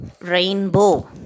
rainbow